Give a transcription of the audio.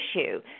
issue